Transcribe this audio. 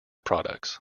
products